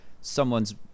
someone's